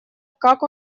как